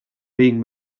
being